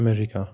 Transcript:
America